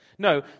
No